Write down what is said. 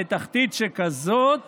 לתחתית שכזאת